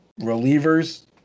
Relievers